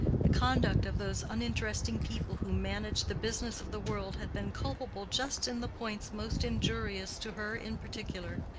the conduct of those uninteresting people who managed the business of the world had been culpable just in the points most injurious to her in particular.